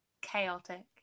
chaotic